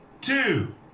two